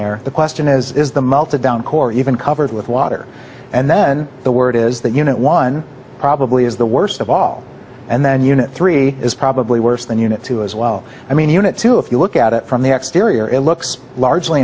there the question is is the multi down core even covered with water and then the word is that you know one probably is the worst of all and then you know three is probably worse than unit two as well i mean unit two if you look at it from the exterior it looks largely